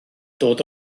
dod